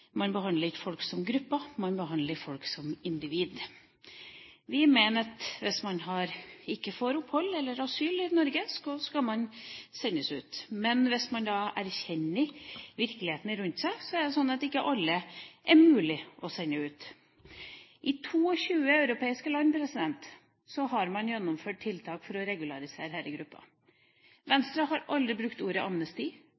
Man behandler ikke folk som grupper, man behandler folk som individ. Vi mener at hvis man ikke får opphold eller asyl i Norge, skal man sendes ut, men hvis man erkjenner virkeligheten rundt seg, er det ikke alle det er mulig å sende ut. I 22 europeiske land har man gjennomført tiltak for å regularisere denne gruppa.